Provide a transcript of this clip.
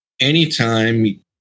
anytime